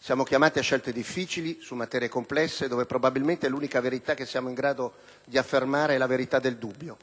Siamo chiamati a scelte difficili su materie complesse, dove probabilmente l'unica verità che siamo in grado di affermare è la verità del dubbio.